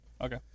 Okay